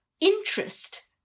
interest